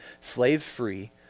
slave-free